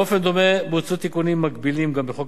באופן דומה בוצעו תיקונים מקבילים גם בחוק